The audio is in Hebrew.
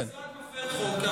המשרד מפר חוק,